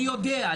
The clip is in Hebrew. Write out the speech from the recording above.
אני יודע,